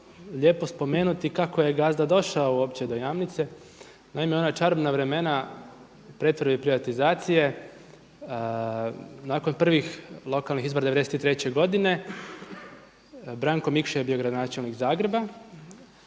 lijepo spomenuti kako je gazda došao uopće do Jamnice. Naime, u ona čarobna vremena pretvorbe i privatizacije nakon prvih lokalnih izbora '93. godine Branko Mikša je bio gradonačelnik Zagreba,